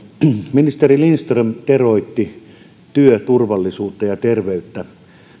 ministeri lindström teroitti työturvallisuutta ja terveyttä